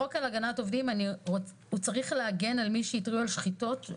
חוק הגנה על עובדים צריך להגן על מי שהתריעו על שחיתות,